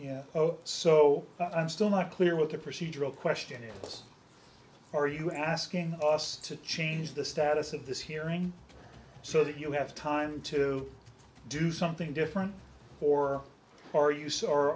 know so i'm still not clear with the procedural question are you asking us to change the status of this hearing so that you have time to do something different or are you